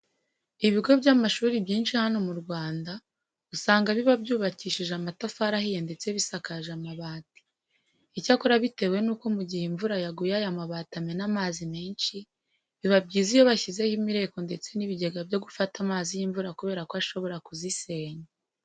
Ibigo by'amashuri byinshi hano mu Rwanda usanga biba byubakishije amatafari ahiye ndetse bisakaje amabati. Icyakora bitewe n'uburyo mu gihe imvura yaguye aya mabati amena amazi menshi, biba byiza iyo bashyizeho imireko ndetse n'ibigega byo gufata ayo mazi y'imvura kubera ko ashobora kuzisenya.